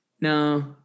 No